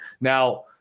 Now